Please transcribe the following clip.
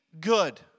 good